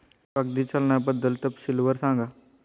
कागदी चलनाबद्दल तपशीलवार सांगा